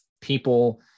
people